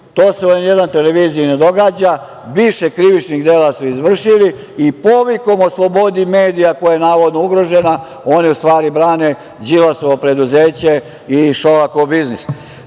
To se u N1 televiziji ne događa. Više krivičnih dela su izvršili i povikom o slobodi medija koja je navodno ugrožena, oni u stvari brane Đilasovo preduzeće i Šolakov biznis. Dame